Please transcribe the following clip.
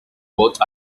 both